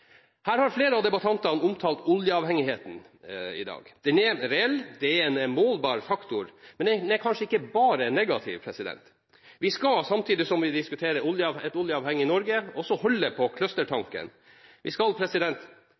Her har flere av debattantene i dag omtalt oljeavhengigheten. Den er reell og en målbar faktor, men kanskje ikke bare negativ. Vi skal samtidig som vi diskuterer et oljeavhengig Norge, også holde på clustertanken. Vi skal